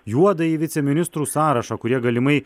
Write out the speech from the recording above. juodąjį viceministrų sąrašą kurie galimai